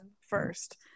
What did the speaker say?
first